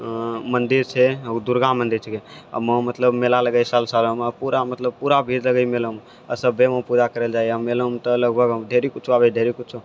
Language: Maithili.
मन्दिर छै उ दुर्गा मन्दिर छिकै आओर वहाँ मतलब मेला लगै छह सब सालोमे मतलब पूरामे पूरा भीड़ रहै छह मेलामे आओर सभे वहाँ पूजा करै लए जाइ है मेलोमे तऽ मतलब ढ़ेरी कुछो आबै है ढ़ेरी कुछो